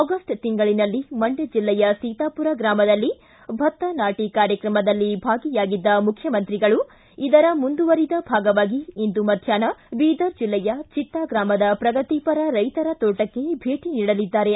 August ತಿಂಗಳಿನಲ್ಲಿ ಮಂಡ್ಕ ಜಿಲ್ಲೆಯ ಸೀತಾಪುರ ಗ್ರಾಮದಲ್ಲಿ ಭತ್ತ ನಾಟ ಕಾರ್ಯಕ್ರಮದಲ್ಲಿ ಭಾಗಿಯಾಗಿದ್ದ ಮುಖ್ಯಮಂತ್ರಿಗಳು ಇದರ ಮುಂದುವರೆದ ಭಾಗವಾಗಿ ಇಂದು ಮಧ್ಯಾಷ್ನ ಬೀದರ್ ಜಿಲ್ಲೆಯ ಚಿಟ್ಟಾ ಗ್ರಮದ ಪ್ರಗತಿಪರ ರೈತರ ತೋಟಕ್ಕೆ ಭೇಟ ನೀಡಲಿದ್ದಾರೆ